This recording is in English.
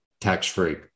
tax-free